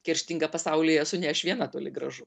kerštinga pasaulyje esu ne aš viena toli gražu